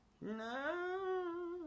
No